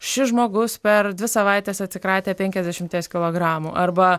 šis žmogus per dvi savaites atsikratė penkiasdešimties kilogramų arba